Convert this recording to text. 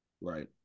Right